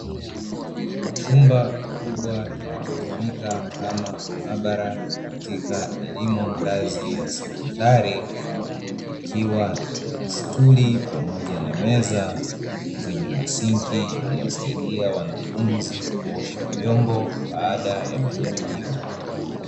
Chumba kikubwa kinachotumika kama maaabara katika elimu ngazi ya sekondari, kikiwa na stuli pamoja na meza zenye masinki, yanayowasaidia wanafunzi kuosha vyombo baada ya majaribio.